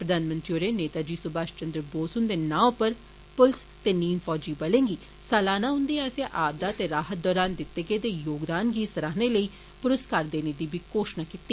प्रधानमंत्री होरें नेताजी सुमाष चन्द्र बोस हुन्दे नां उप्पर पुलस ते नीम फौजी बले गी सालाना उन्दे आस्सेआ आपदा ते राहत दौरान दिते गेदे योगदान गी सराहने लेई पुरुस्कार देने दी घोषणा कीती